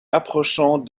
approchant